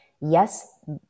yes